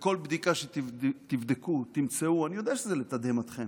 בכל בדיקה שתבדקו תמצאו, אני יודע שזה לתדהמתכם,